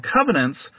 covenants